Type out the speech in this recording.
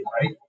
right